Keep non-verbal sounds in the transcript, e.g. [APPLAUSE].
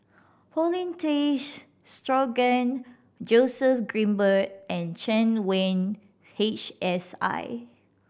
Paulin Tay [UNINTELLIGIBLE] Straughan Joseph Grimberg and Chen Wen H S I